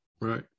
right